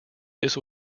this